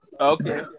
Okay